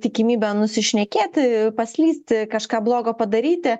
tikimybė nusišnekėti paslysti kažką blogo padaryti